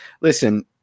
Listen